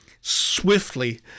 swiftly